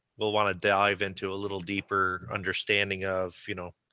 we'll wanna dive into a little deeper understanding of you know